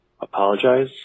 apologize